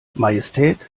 majestät